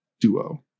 duo